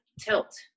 tilt